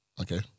okay